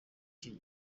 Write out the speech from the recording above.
iki